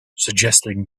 suggesting